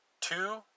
two